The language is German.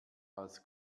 als